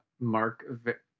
Mark